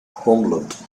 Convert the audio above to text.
homeland